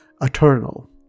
eternal